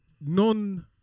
non